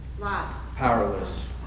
powerless